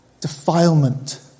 defilement